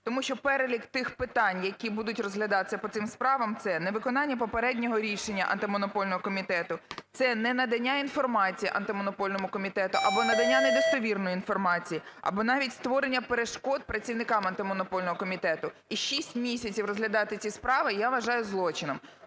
Тому що перелік тих питань, які будуть розглядатися по цим справам: це невиконання попереднього рішення Антимонопольного комітету, це ненадання інформації Антимонопольному комітету або надання недостовірної інформації, або навіть створення перешкод працівникам Антимонопольного комітету. І 6 місяців розглядати ці справи я вважаю злочином.